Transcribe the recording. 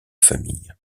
famille